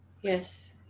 Yes